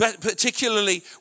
particularly